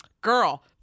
girl